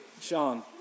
Sean